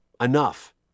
enough